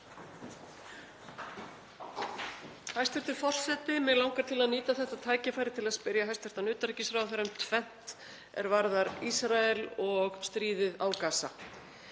Hæstv. forseti. Mig langar til að nýta þetta tækifæri til að spyrja hæstv. utanríkisráðherra um tvennt er varðar Ísrael og stríðið á Gaza.